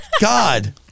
God